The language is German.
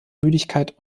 müdigkeit